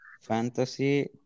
fantasy